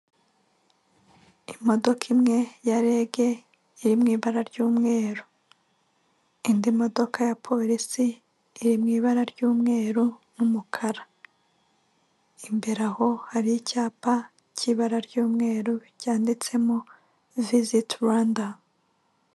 Imodoka imwe ya rege iriw'i ibara ry'umweru, indi modoka ya polisi iri mu ibara ry'umweru n'umukara, imbere aho hari icyapa cy'ibara ry'umweru cyanditsemo viziti Rwanda.